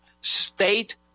state